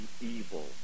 evil